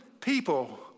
people